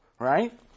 Right